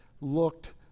looked